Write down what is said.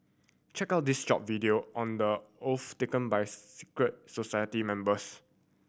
check out this short video on the oaths taken by secret society members